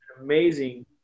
amazing